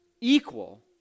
equal